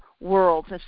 worlds